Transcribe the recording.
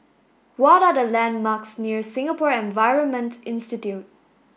what are the landmarks near Singapore Environment Institute